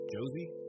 Josie